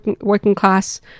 working-class